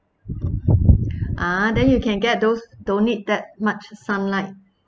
ah then you can get those don't need that much sunlight